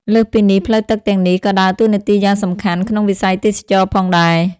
លើសពីនេះ ផ្លូវទឹកទាំងនេះក៏ដើរតួនាទីយ៉ាងសំខាន់ក្នុងវិស័យទេសចរណ៍ផងដែរ។